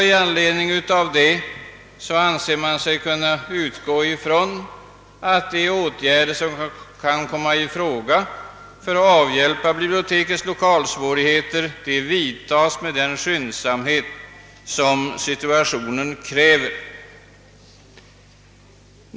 Med anledning härav anser sig utskottet kunna utgå från att de åtgärder, som kan komma i fråga för att avhjälpa bibliotekets lokalsvårigheter, vidtas med den skyndsamhet som situationen kräver.